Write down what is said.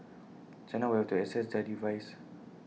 China will to assess their advice